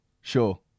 sure